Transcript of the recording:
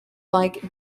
like